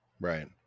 Right